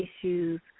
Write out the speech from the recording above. issues